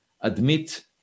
admit